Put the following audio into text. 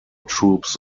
troops